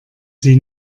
sie